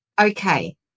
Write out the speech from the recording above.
okay